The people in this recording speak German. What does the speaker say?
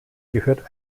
gehört